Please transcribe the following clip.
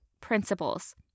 Principles